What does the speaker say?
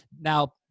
Now